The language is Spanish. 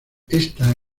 ésta